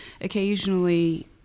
occasionally